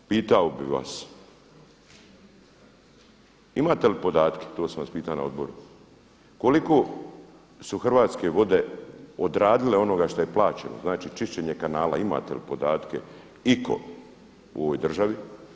Još jednom pitao bi vas imate li podatke, to sam vas pitao i na odboru, koliko su Hrvatske vode odradile onoga što je plaćeno, znači čišćenje kanala, imate li podatke itko u ovoj državi?